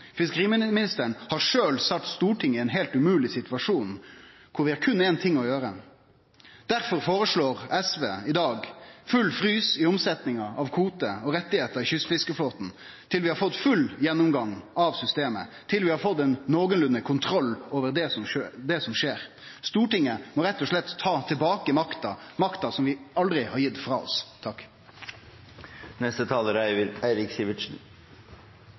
Fiskeriministeren har sjølv sett Stortinget i ein heilt umogleg situasjon, der vi berre har éin ting å gjere. Difor føreslår SV i dag full frys i omsetninga av kvotar og rettar i kystfiskeflåten til vi har fått ein full gjennomgang av systemet, til vi har fått nokolunde kontroll over det som skjer. Stortinget må rett og slett ta tilbake makta – makta som vi aldri har gitt frå oss. Det hersker i denne debatten bred enighet om at Norge er